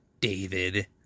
David